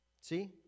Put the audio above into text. See